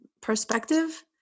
perspective